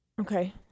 Okay